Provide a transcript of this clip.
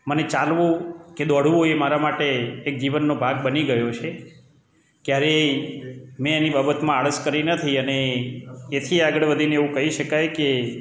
મને ચાલવું કે દોડવું એ મારા માટે એક જીવનનો ભાગ બની ગયો છે ક્યારેય મેં એની બાબતમાં આળસ કરી નથી અને એથી આગળ વધીને એવું કહી શકાય કે